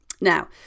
Now